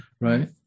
right